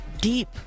deep